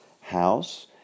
house